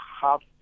half